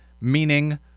meaning